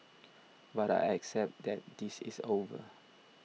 but I accept that this is over